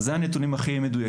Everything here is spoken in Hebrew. אז הנתונים האלה הם הכי מדויקים,